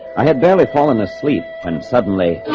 i had barely fallen asleep and suddenly